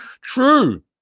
true